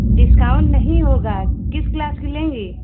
discount नहीं होगा किस क्लास की लेंगी